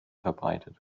verbreitet